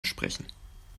sprechen